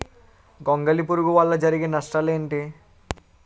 గొంగళి పురుగు వల్ల జరిగే నష్టాలేంటి?